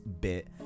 bit